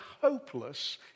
hopeless